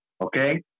Okay